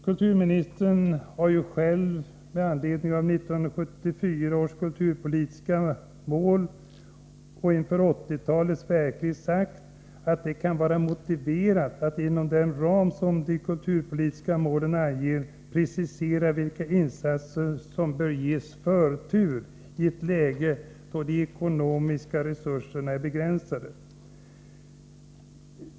Kulturministern har själv med anledning av 1974 års kulturpolitiska mål och inför 1980-talets verklighet sagt att det kan ”vara motiverat att — inom den ram som de kulturpolitiska målen anger — precisera vilka insatser som bör ges förtur i ett läge då resurserna är begränsade”.